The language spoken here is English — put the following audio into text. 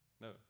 No